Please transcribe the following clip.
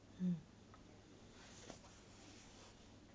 mm